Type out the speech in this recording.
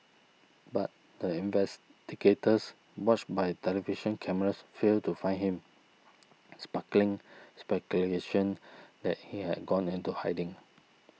but the investigators watched by television cameras failed to find him sparkling speculation that he had gone into hiding